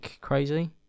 crazy